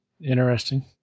Interesting